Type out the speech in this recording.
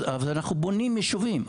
אנחנו בונים יישובים.